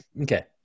Okay